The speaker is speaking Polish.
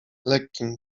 lekkim